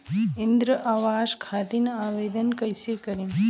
इंद्रा आवास खातिर आवेदन कइसे करि?